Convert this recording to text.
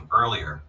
earlier